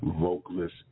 vocalist